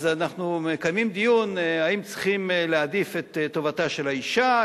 אנחנו מקיימים דיון אם צריכים להעדיף את טובתה של האשה,